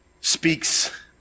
speaks